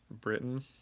britain